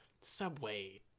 Subway